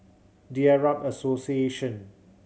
The Arab Association